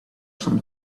some